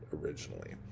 originally